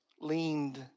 leaned